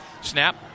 Snap